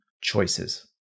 choices